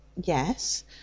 Yes